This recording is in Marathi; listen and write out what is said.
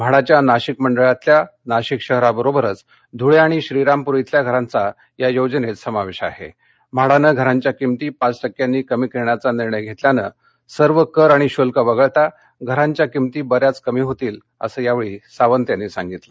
म्हाडाच्या नाशिक मंडळातल्या नाशिक शहराबरोबरच धूळखाणि श्रीरामपूर खेल्या घरांचा या योजनक्तिसमावक्तिआहा हाडानक्रिरांच्या किमती पाच टक्क्यांनी कमी करण्याचा निर्णय घरांक्यानसिर्व कर आणि शुल्क वगळता घरांच्या किंमती बऱ्याच कमी होतील असं यावळी सावंत यांनी सांगितलं